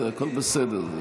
הכול בסדר.